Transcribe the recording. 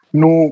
no